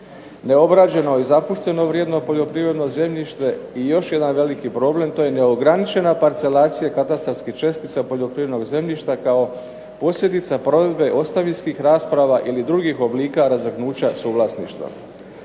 Neobrađeno i zapušteno vrijedno poljoprivredno zemljište i još jedan veliki problem, to je neograničena parcelacija katastarskih čestica poljoprivrednog zemljišta kao posljedica provedbe ostavinskih rasprava ili drugih oblika razvrgnuća suvlasništva.